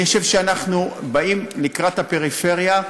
אני חושב שאנחנו באים לקראת הפריפריה,